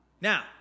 Now